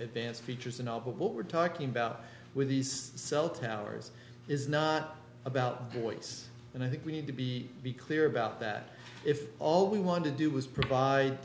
advanced features and what we're talking about with these cell towers is not about voice and i think we need to be be clear about that if all we wanted to do was provide